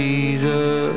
Jesus